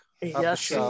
Yes